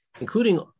including